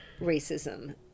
racism